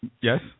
Yes